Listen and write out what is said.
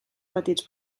petits